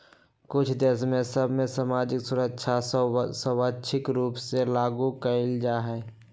कुछ देश सभ में सामाजिक सुरक्षा कर स्वैच्छिक रूप से लागू कएल जाइ छइ